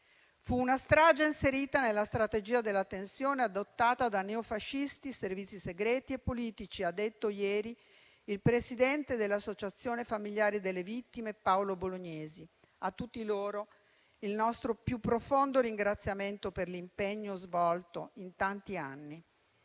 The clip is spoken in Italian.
Fu una strage inserita nella strategia della tensione adottata da neofascisti, Servizi segreti e politici: questo ha detto ieri il presidente dell'associazione familiari delle vittime Paolo Bolognesi. A tutti loro va il nostro più profondo ringraziamento per l'impegno svolto in tanti anni.